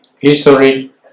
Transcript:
history